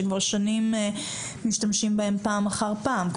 שכבר שנים משתמשים בהם פעם אחר פעם,